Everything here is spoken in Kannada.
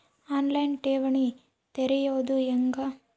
ಆನ್ ಲೈನ್ ಠೇವಣಿ ತೆರೆಯೋದು ಹೆಂಗ?